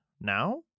Now